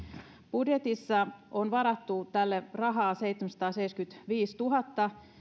budjetissa on varattu tälle rahaa seitsemänsataaseitsemänkymmentäviisituhatta